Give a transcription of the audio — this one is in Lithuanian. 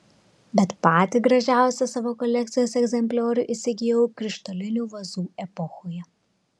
bet patį gražiausią savo kolekcijos egzempliorių įsigijau krištolinių vazų epochoje